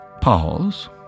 pause